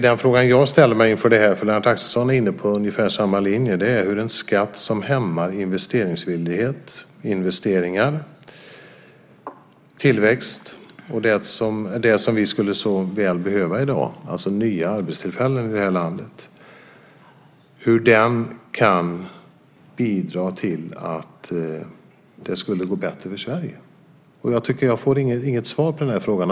Den fråga jag då ställer mig - för Lennart Axelsson är inne på ungefär samma linje - är hur en skatt som hämmar investeringsvillighet, investeringar, tillväxt och det som vi i det här landet så väl skulle behöva i dag, nya arbetstillfällen, kan bidra till att det skulle gå bättre för Sverige. Jag får inget svar på den frågan.